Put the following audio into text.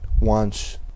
wants